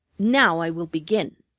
now i will begin.